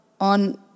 on